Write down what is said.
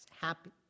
happy